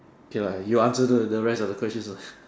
okay lah you answer the the rest of the questions lah